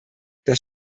das